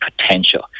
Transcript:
potential